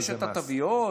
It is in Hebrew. יש את התוויות,